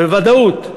בוודאות,